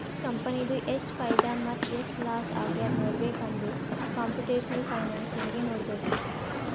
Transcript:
ಕಂಪನಿದು ಎಷ್ಟ್ ಫೈದಾ ಮತ್ತ ಎಷ್ಟ್ ಲಾಸ್ ಆಗ್ಯಾದ್ ನೋಡ್ಬೇಕ್ ಅಂದುರ್ ಕಂಪುಟೇಷನಲ್ ಫೈನಾನ್ಸ್ ನಾಗೆ ನೋಡ್ಬೇಕ್